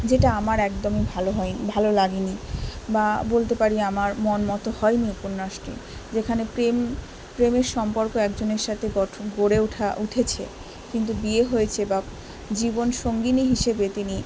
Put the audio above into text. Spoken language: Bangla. যেটা আমার একদমই ভালো হয় ভালো লাগেনি বা বলতে পারি আমার মন মতো হয়নি উপন্যাসটি যেখানে প্রেম প্রেমের সম্পর্ক একজনের সাথে গঠন গড়ে ওঠা উঠেছে কিন্তু বিয়ে হয়েছে বা জীবনসঙ্গিনী হিসেবে তিনি